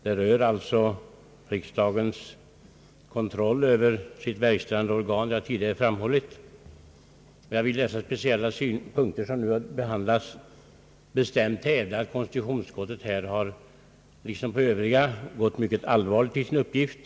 Det rör alltså riks dagens kontroll över sitt verkställande organ, som tidigare framhållits. Vid dessa speciella punkter som behandlats vill jag bestämt hävda att konstitutionsutskottet gått mycket allvarligt till sin uppgift.